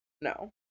no